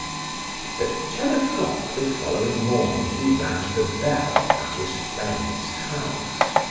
at ten o'clock the following morning he rang the bell, at his friend's house.